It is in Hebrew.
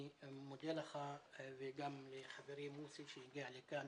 אני מודה לך וגם לחברי מוסי רז שהגיע לכאן